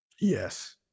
Yes